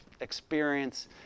experience